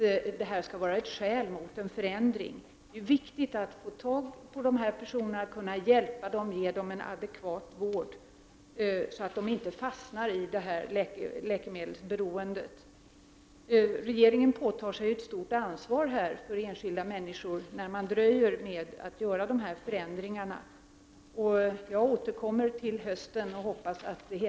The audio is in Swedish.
Det har skrivits en del om detta, bl.a. i Social-Nytt. Personer med läkeme